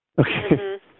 Okay